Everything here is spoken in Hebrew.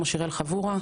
כמו שיראל חבורה,